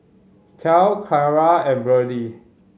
Tal Kyara and Berdie